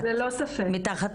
מתחת